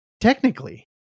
technically